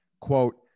quote